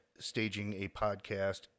stagingapodcast